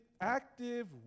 active